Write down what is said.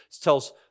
tells